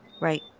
Right